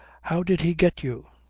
how did he get you?